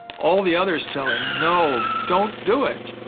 all the others tell him, no, don't do it.